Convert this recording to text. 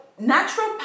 natural